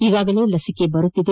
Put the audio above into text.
ಈಗಾಗಲೇ ಲಸಿಕೆ ಬರುತ್ತಿದೆ